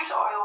oil